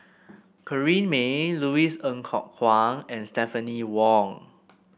Corrinne May Louis Ng Kok Kwang and Stephanie Wong